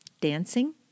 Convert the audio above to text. dancing